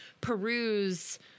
peruse